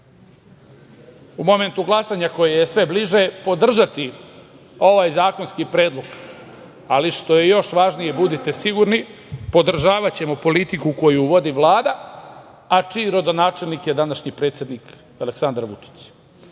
u momentu glasanja, koje je sve bliže, podržati ovaj zakonski predlog, ali što je još važnije, budite sigurni, podržavaćemo politiku koju vodi Vlada, a čiji rodonačelnik je današnji predsednik Aleksandar Vučić.